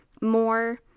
more